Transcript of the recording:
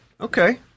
Okay